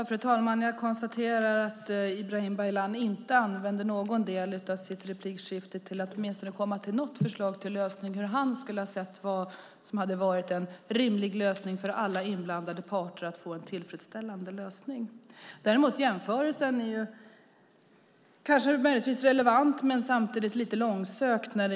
Fru talman! Jag konstaterar att Ibrahim Baylan inte använder någon del av sitt replikskifte till att åtminstone komma med något förslag till vad han anser är rimligt för alla inblandade parter för att få en tillfredsställande lösning. Jämförelsen med Förbifart Stockholm kanske är relevant, men samtidigt lite långsökt.